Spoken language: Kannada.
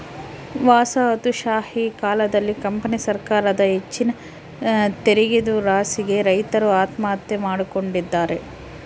ವಸಾಹತುಶಾಹಿ ಕಾಲದಲ್ಲಿ ಕಂಪನಿ ಸರಕಾರದ ಹೆಚ್ಚಿನ ತೆರಿಗೆದುರಾಸೆಗೆ ರೈತರು ಆತ್ಮಹತ್ಯೆ ಮಾಡಿಕೊಂಡಿದ್ದಾರೆ